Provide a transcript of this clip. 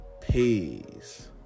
Peace